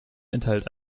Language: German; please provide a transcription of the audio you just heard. enthält